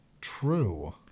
True